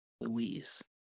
Louise